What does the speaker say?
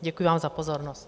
Děkuji vám za pozornost.